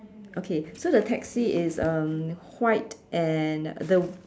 okay so the taxi is um white and the